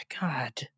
God